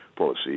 policy